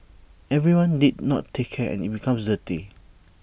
everyone did not take care and IT becomes dirty